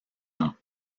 ans